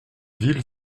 ville